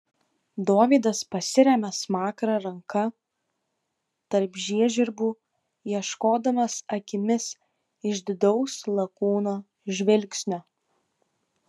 dovydas pasiremia smakrą ranka tarp žiežirbų ieškodamas akimis išdidaus lakūno žvilgsnio